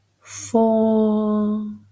four